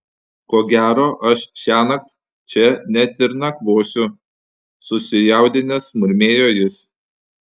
ko gero aš šiąnakt čia net ir nakvosiu susijaudinęs murmėjo jis